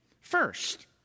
First